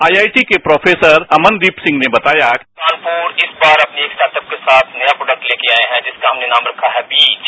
I I T के professor Amandeep Singh ने बताया कानपुर इस बार अपने स्टार्टअप के साथ नया प्रोडक्ट लेकर आया है जिसका हमने नाम रखा है बीज